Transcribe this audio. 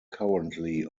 currently